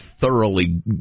thoroughly